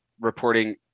reporting